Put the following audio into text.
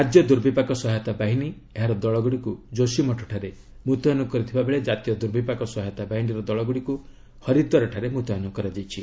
ରାଜ୍ୟ ଦୁର୍ବିପାକ ସହାୟତା ବାହିନୀ ଏହାର ଦଳଗୁଡ଼ିକୁ ଯୋଶୀ ମଠ ଠାରେ ମୁତ୍ୟନ କରିଥିବା ବେଳେ ଜାତୀୟ ଦୁର୍ବିପାକ ସହାୟତା ବାହିନୀର ଦଳଗୁଡ଼ିକୁ ହରିଦ୍ୱାରଠାରେ ମୁତୟନ କରାଯାଇଛି